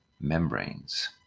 membranes